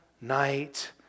night